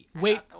wait